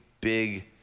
big